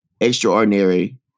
extraordinary